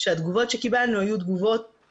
שהתגובות שקיבלנו היו תגובות